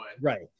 Right